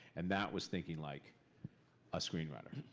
and that was thinking like a screen writer,